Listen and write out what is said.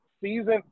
Season